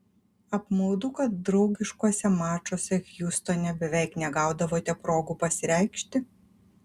apmaudu kad draugiškuose mačuose hjustone beveik negaudavote progų pasireikšti